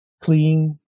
clean